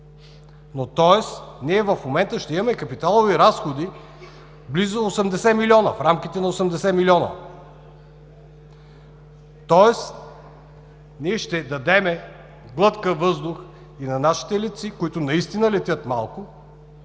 тоест в момента ще имаме капиталови разходи близо 80 милиона. Ние ще дадем глътка въздух и на нашите летци, които наистина летят малко,